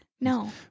No